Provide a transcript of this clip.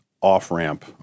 off-ramp